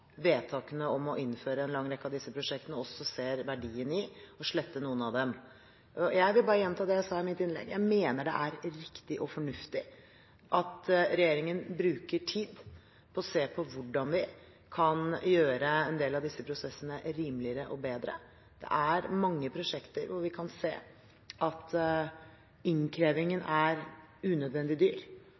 vedtakene om å innføre en lang rekke av disse prosjektene, ser verdien i å slette noen av dem. Jeg vil bare gjenta det jeg sa i mitt innlegg: Jeg mener det er riktig og fornuftig at regjeringen bruker tid på å se på hvordan vi kan gjøre en del av disse prosessene rimeligere og bedre. Det er mange prosjekter hvor vi kan se at innkrevingen er unødvendig dyr,